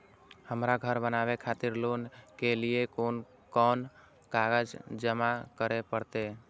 हमरा घर बनावे खातिर लोन के लिए कोन कौन कागज जमा करे परते?